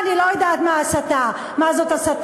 הסתה, אני לא יודעת מה זאת הסתה.